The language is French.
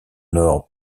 nord